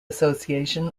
association